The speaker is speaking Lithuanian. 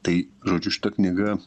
tai žodžiu šita knyga